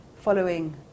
following